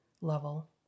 level